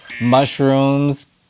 mushrooms